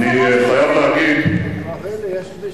בוא, אל תגזים.